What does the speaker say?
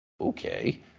Okay